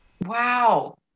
Wow